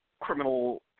criminal